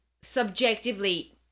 subjectively